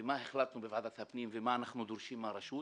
מה החלטנו בוועדת הפנים ומה אנחנו דורשים מהרשות.